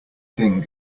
thing